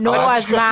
נו, אז מה?